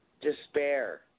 despair